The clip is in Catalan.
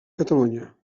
catalunya